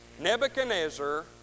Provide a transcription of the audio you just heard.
Nebuchadnezzar